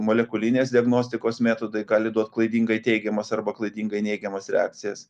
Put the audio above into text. molekulinės diagnostikos metodai gali duot klaidingai teigiamas arba klaidingai neigiamas reakcijas